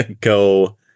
go